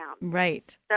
Right